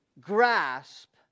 grasp